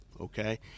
okay